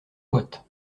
boîte